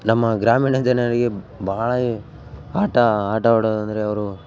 ನಮ್ಮ ಗ್ರಾಮೀಣ ಜನರಿಗೆ ಬಹಳ ಆಟ ಆಟವಾಡೋದಂದರೆ ಅವರು